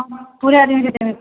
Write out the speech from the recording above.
पुरे आदमी के देबे के छै